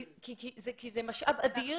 כי זה משאב אדיר.